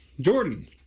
Jordan